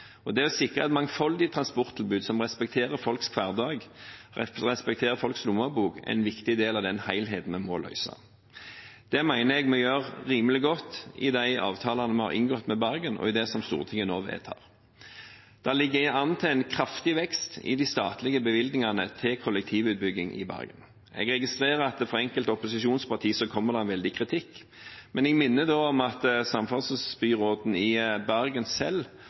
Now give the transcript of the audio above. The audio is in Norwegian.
og lignende. Det å sikre et mangfoldig transporttilbud, som respekterer folks hverdag og folks lommebok, er en viktig del av den helheten en må løse. Det mener jeg vi gjør rimelig godt i de avtalene vi har inngått med Bergen, og i det som Stortinget nå vedtar. Det ligger an til en kraftig vekst i de statlige bevilgningene til kollektivutbygging i Bergen. Jeg registrerer at fra enkelte opposisjonspartier kommer det en veldig kritikk. Jeg minner da om at samferdselsbyråden i Bergen selv